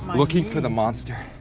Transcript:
looking for the monster.